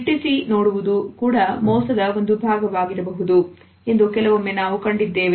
ದಿಟ್ಟಿಸಿ ನೋಡುವುದು ಕೂಡ ಮೋಸದ ಒಂದು ಭಾಗವಾಗಬಹುದು ಎಂದು ಕೆಲವೊಮ್ಮೆ ನಾವು ಕಂಡಿದ್ದೇವೆ